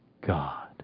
God